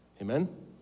amen